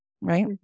right